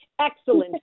Excellent